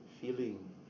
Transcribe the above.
feeling